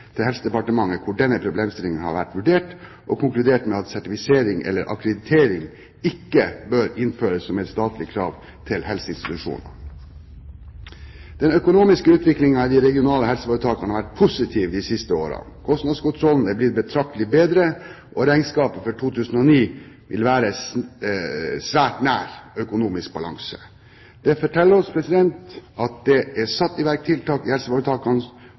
til Helse- og omsorgsdepartementet hvor denne problemstillingen har vært vurdert, og har konkludert med at sertifisering eller akkreditering ikke bør innføres som et statlig krav til helseinstitusjoner. Den økonomiske utviklingen i de regionale helseforetakene har vært positiv de siste årene, kostnadskontrollen er blitt betraktelig bedre, og regnskapet for 2009 vil være svært nær økonomisk balanse. Det forteller oss at de tiltakene som har vært satt i verk i